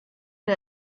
der